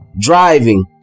driving